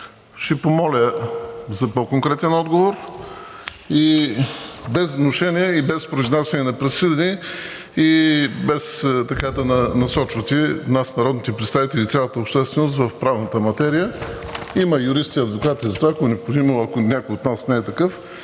Ще помоля за по-конкретен отговор и без внушения, и без произнасяне на присъди, и без така да ни насочвате нас народните представители, цялата общественост, в правната материя. Има юристи, адвокати. Затова, ако е необходимо, ако някой от нас не е такъв,